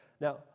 Now